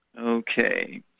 Okay